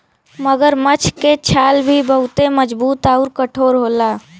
मगरमच्छ के छाल भी बहुते मजबूत आउर कठोर होला